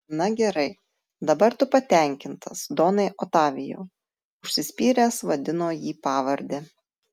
na gerai dabar tu patenkintas donai otavijau užsispyręs vadino jį pavarde